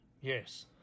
Yes